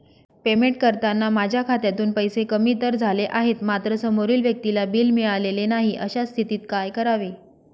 Payment करताना माझ्या खात्यातून पैसे कमी तर झाले आहेत मात्र समोरील व्यक्तीला बिल मिळालेले नाही, अशा स्थितीत काय करावे?